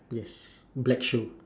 yes black shoe